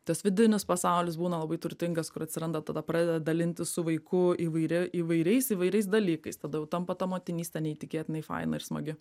tas vidinis pasaulis būna labai turtingas kur atsiranda tada pradeda dalintis su vaiku įvairi įvairiais įvairiais dalykais tada jau tampa ta motinystė neįtikėtinai faina ir smagi